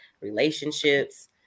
relationships